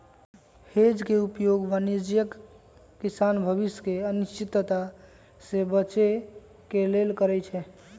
hedge के उपयोग वाणिज्यिक किसान भविष्य के अनिश्चितता से बचे के लेल करइ छै